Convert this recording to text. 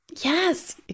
Yes